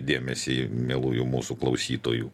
dėmesį į mielųjų mūsų klausytojų